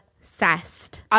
obsessed